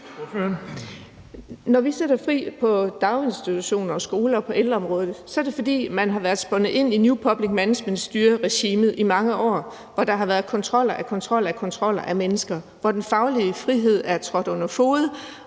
Når vi sætter fri på daginstitutions-, skole- og ældreområdet, er det, fordi man har været spundet ind i new public management-styringsregimet i mange år, hvor der har været kontrol af kontrol af mennesker, og hvor den faglige frihed er trådt under fode,